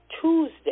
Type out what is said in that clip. Tuesday